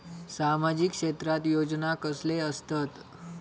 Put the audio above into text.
सामाजिक क्षेत्रात योजना कसले असतत?